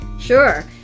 sure